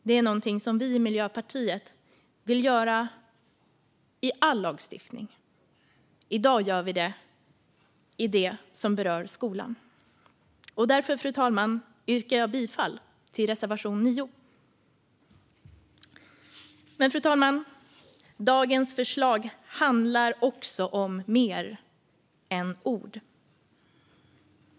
Det är någonting som vi i Miljöpartiet vill göra i all lagstiftning. I dag gör vi det i den som berör skolan. Därför, fru talman, yrkar jag bifall till reservation 10 under punkt 9. Fru talman! Dagens förslag handlar också om mer än ord.